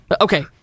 Okay